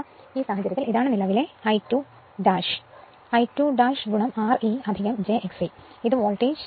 അതിനാൽ ഈ സാഹചര്യത്തിൽ ഇതാണ് നിലവിലെ I2 I2 R e j Xe ഇതാണ് വോൾട്ടേജ്